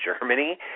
Germany